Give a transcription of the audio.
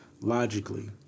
logically